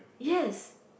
yes